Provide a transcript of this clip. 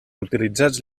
utilitzats